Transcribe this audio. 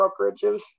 brokerages